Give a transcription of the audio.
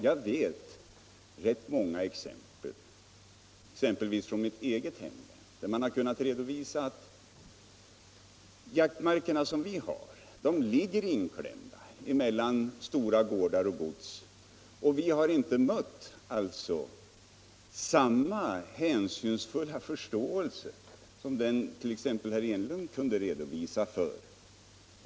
Jag känner till många exempel — även från mitt eget hemlän — på jaktmarker som ligger inklämda mellan stora gårdar och gods. Man har inte alltid mött samma hänsynsfulla förståelse som t.ex. herr Enlund kunde redovisa.